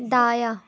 دایاں